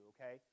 okay